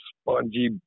spongy